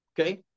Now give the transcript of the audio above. okay